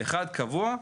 אחד מהם קבוע.